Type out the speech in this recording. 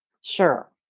Sure